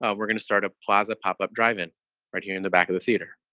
ah we're going to start a plaza pop up drive-in right here in the back of the theater.